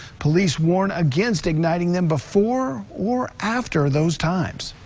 police warn against igniting them before or after those times.